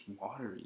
watery